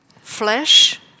Flesh